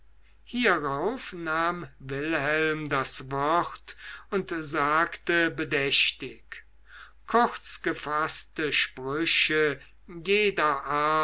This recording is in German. hierauf nahm wilhelm das wort und sagte bedächtig kurzgefaßte sprüche jeder art